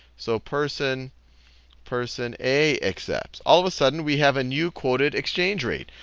so person person a accepts. all of a sudden, we have a new quoted exchange rate.